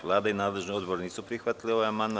Vlada i nadležni odbor nisu prihvatili ovaj amandman.